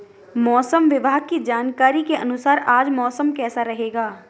मौसम विभाग की जानकारी के अनुसार आज मौसम कैसा रहेगा?